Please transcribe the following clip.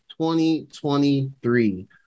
2023